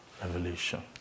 revelation